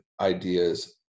ideas